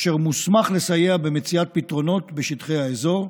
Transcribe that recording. אשר מוסמך לסייע במציאת פתרונות בשטחי האזור.